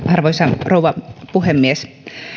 arvoisa rouva puhemies